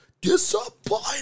disappointed